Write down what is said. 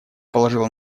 положила